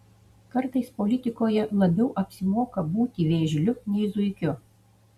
kartais politikoje labiau apsimoka būti vėžliu nei zuikiu